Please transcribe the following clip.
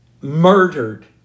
murdered